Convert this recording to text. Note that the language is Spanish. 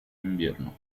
invierno